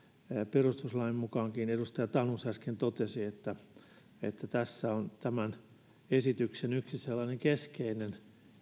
perustuslain mukaankin edustaja tanus äsken totesi että että tässä on tämän esityksen yksi sellainen keskeinen